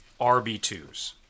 RB2s